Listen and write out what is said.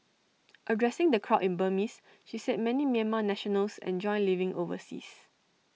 addressing the crowd in Burmese she said many Myanmar nationals enjoy living overseas